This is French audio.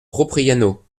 propriano